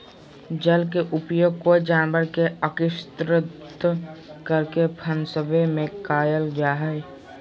जल के उपयोग कोय जानवर के अक्स्र्दित करके फंसवे में कयल जा हइ